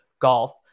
golf